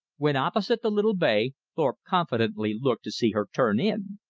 when opposite the little bay thorpe confidently looked to see her turn in,